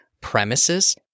premises